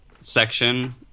section